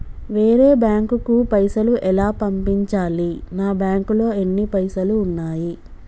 వేరే బ్యాంకుకు పైసలు ఎలా పంపించాలి? నా బ్యాంకులో ఎన్ని పైసలు ఉన్నాయి?